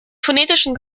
phonetischen